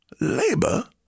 labor